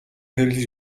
хэрэглэж